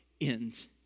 end